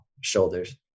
shoulders